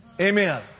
Amen